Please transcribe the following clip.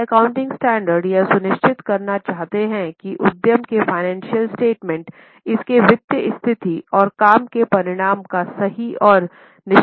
अब accounting standard यह सुनिश्चित करना चाहते हैं कि उद्यम के फ़ाइनेंशियल स्टेटमेंट इसके वित्तीय स्थिति और काम के परिणाम का सही और निष्पक्ष दृष्टिकोण दें